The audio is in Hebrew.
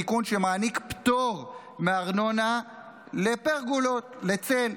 תיקון שנותן פטור מארנונה לפרגולות לצל.